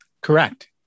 Correct